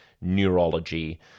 neurology